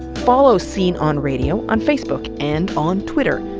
follow scene on radio on facebook. and on twitter,